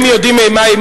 אני מאוד מודה